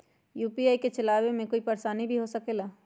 UPI के चलावे मे कोई परेशानी भी हो सकेला?